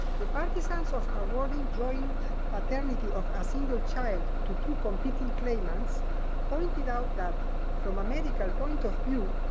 the partisans of awarding joint paternity of a single child to two competing claimants pointed out that from a medical point of view,